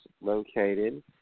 located